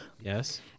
Yes